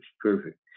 perfect